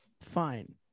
fine